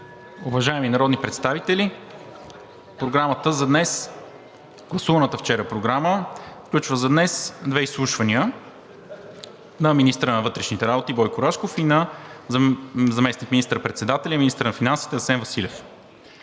Уважаеми народни представители, Програмата за днес, гласуваната вчера Програма, включва за днес две изслушвания – на министъра на вътрешните работи Бойко Рашков и на заместник министър-председателя и министър на финансите Асен Василев.